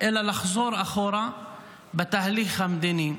אלא לחזור אחורה בתהליך המדיני.